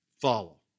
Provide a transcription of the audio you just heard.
Follow